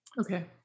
Okay